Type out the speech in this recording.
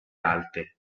alte